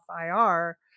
ir